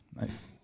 Nice